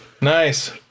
Nice